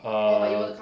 err